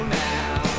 now